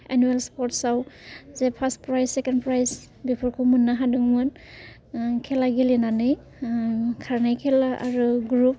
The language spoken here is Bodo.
एनुयेल स्पर्टसआव जे फार्स्ट प्राइज सेकेन्ड प्राइज बेफोरखौ मोनो हादों मोन आं खेला गेलेनानै खारनाय खेला आरो ग्रुप